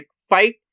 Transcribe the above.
fight